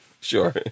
sure